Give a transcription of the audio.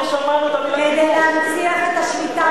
אמרת "כיבוש"?